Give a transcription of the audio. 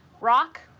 rock